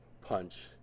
punch